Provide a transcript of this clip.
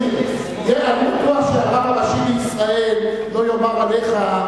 אני בטוח שהרב הראשי בישראל לא יאמר עליך,